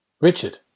Richard